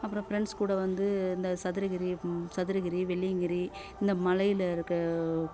அப்புறம் ஃப்ரெண்ட்ஸ் கூட வந்து இந்த சதுரகிரி சதுரகிரி வெள்ளியங்கிரி இந்த மலையில் இருக்க